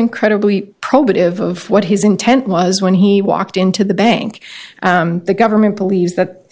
incredibly probative of what his intent was when he walked into the bank the government believes that